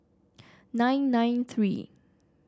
nine nine three